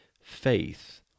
faith